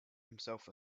himself